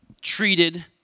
treated